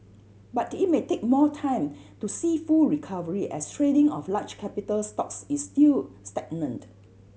but it may take more time to see full recovery as trading of large capital stocks is still stagnant